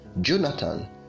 Jonathan